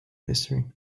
history